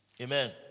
Amen